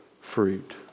fruit